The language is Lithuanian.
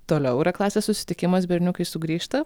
toliau yra klasės susitikimas berniukai sugrįžta